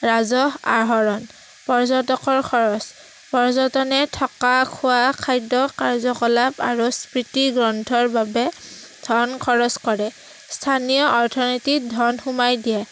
ৰাজহ আহৰণ পৰ্যটকৰ খৰচ পৰ্যটনে থকা খোৱা খাদ্য কাৰ্যকলাপ আৰু স্মৃতি গ্ৰন্থৰ বাবে ধন খৰচ কৰে স্থানীয় অৰ্থনীতিত ধন সোমাই দিয়ে